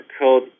code